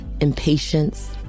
impatience